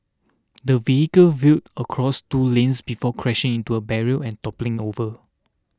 the vehicle veered across two lanes before crashing into a barrier and toppling over